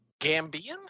Gambian